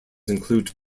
include